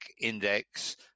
index